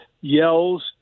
yells